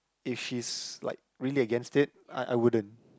if she's like really against it I I wouldn't